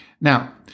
Now